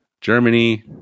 Germany